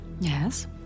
Yes